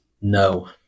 No